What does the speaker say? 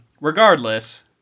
regardless